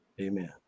Amen